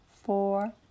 four